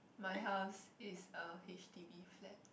my house is a h_d_b flat